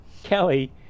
Kelly